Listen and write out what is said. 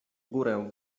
górę